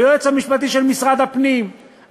היועץ המשפט של משרד הפנים,